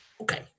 okay